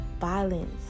violence